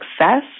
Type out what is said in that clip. success